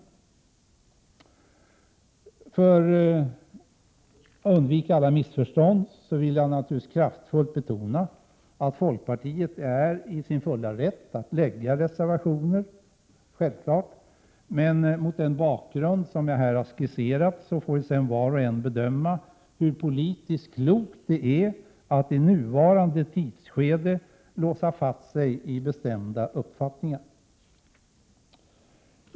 För undvikande av alla missförstånd vill jag kraftfullt betona att folkpartiet naturligtvis är i sin fulla rätt att avge reservationer. Men mot den bakgrund som jag har skisserat får var och en bedöma hur politiskt klokt det är att i nuvarande läge låsa fast sig i bestämda uppfattningar.